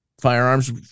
firearms